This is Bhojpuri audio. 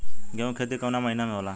गेहूँ के खेती कवना महीना में होला?